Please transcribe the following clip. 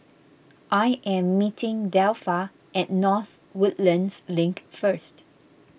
I am meeting Delpha at North Woodlands Link first